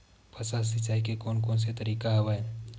फसल सिंचाई के कोन कोन से तरीका हवय?